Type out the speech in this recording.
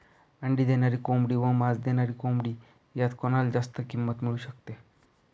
अंडी देणारी कोंबडी व मांस देणारी कोंबडी यात कोणाला जास्त किंमत मिळू शकते?